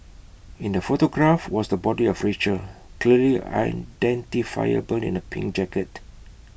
in the photograph was the body of Rachel clearly identifiable in A pink jacket